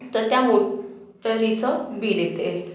तर त्या मोटारीचं बिल येते